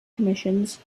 commissions